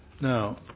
Now